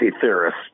theorists